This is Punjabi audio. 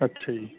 ਅੱਛਾ ਜੀ